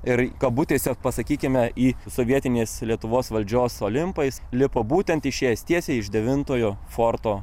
ir kabutėse pasakykime į sovietinės lietuvos valdžios olimpą jis lipo būtent išėjęs tiesiai iš devitojo forto